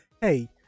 hey